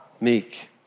meek